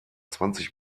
zwanzig